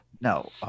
No